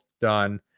done